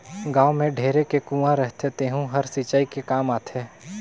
गाँव में ढेरे के कुँआ रहथे तेहूं हर सिंचई के काम आथे